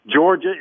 Georgia